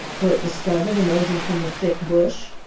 bert discovered emerging from the thick bush.